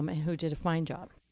um who did a fine job,